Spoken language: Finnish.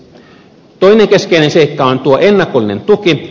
yksi keskeinen seikka on tuo ennakollinen tuki